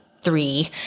Three